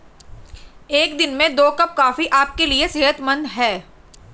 एक दिन में दो कप कॉफी आपके लिए सेहतमंद है